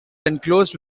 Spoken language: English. enclosed